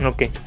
Okay